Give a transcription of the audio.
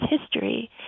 history